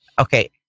Okay